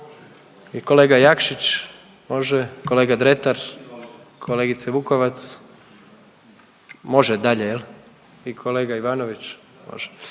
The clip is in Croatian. Kolega Jakšić? Može. Kolega Dretar? Kolegice Vukovac? Može dalje jel i kolega Ivanović, može